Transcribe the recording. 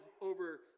over